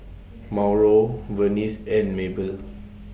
Mauro Venice and Maebell